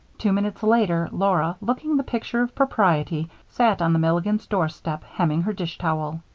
two minutes later, laura, looking the picture of propriety, sat on the milligans' doorstep hemming her dish-towel.